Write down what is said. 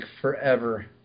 forever